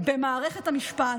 במערכת המשפט,